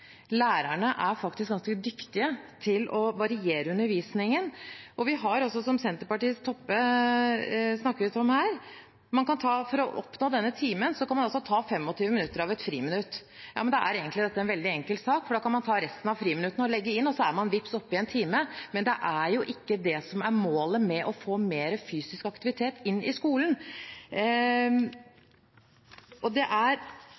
Lærerne er faktisk ganske dyktige til å variere undervisningen. Og for å oppnå denne timen, som Kjersti Toppe fra Senterpartiet snakket om her, kan man ta 25 minutter av et friminutt. Så da er dette egentlig en veldig enkel sak, for da kan man ta resten av friminuttene og legge inn, og så er man – vips – oppe i én time. Men det er jo ikke det som er målet med å få mer fysisk aktivitet inn i skolen. Det er